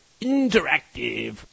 interactive